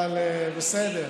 אבל בסדר.